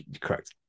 correct